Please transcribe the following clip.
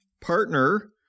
partner